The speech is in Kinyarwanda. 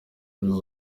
kugira